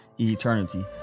eternity